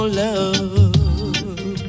love